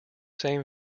same